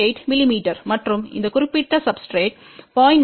8 மிமீ மற்றும் இந்த குறிப்பிட்ட சப்ஸ்டிரேட் 0